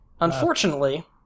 Unfortunately